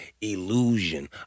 illusion